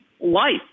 life